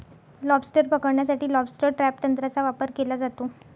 lobster पकडण्यासाठी lobster trap तंत्राचा वापर केला जातो